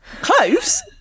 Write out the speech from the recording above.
Cloves